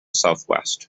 southwest